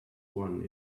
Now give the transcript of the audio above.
one